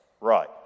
Right